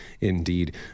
indeed